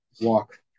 walk